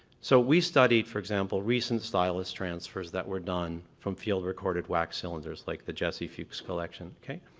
so we studied, for example, recent stylus transfers that were done from field recorded wax cylinders, like the jesse fuchs collection. okay.